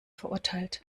verurteilt